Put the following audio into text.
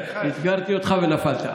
אתגרתי אותך ונפלת.